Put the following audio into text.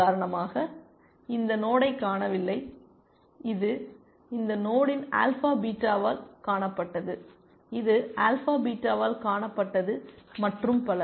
உதாரணமாக இந்த நோடை காணவில்லை இது இந்த நோடுயின் ஆல்பா பீட்டாவால் காணப்பட்டது இது ஆல்பா பீட்டாவால் காணப்பட்டது மற்றும் பல